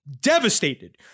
devastated